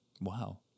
Wow